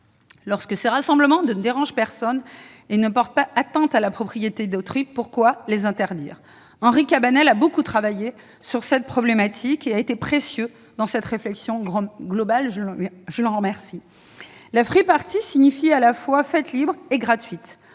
Lorsque ces rassemblements ne dérangent personne et ne portent pas atteinte à la propriété d'autrui, pourquoi les interdire ? Henri Cabanel a beaucoup travaillé sur cette problématique et sa contribution à la réflexion a été précieuse. Free-party signifie fête à la fois libre et gratuite